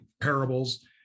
parables